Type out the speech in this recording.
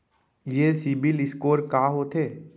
ये सिबील स्कोर का होथे?